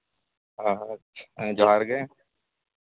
ᱟᱪᱪᱷᱟ ᱡᱚᱦᱟᱨ ᱜᱮ